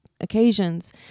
occasions